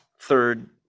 third